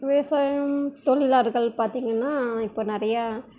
விவசாயம் தொழிலார்கள் பார்த்திங்கன்னா இப்போ நிறையா